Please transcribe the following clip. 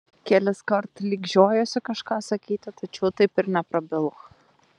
keliskart lyg žiojosi kažką sakyti tačiau taip ir neprabilo